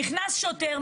נכנס שוטר,